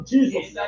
Jesus